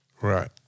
Right